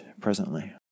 presently